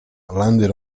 landed